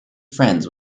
friends